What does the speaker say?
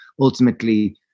ultimately